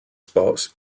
spots